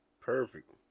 Perfect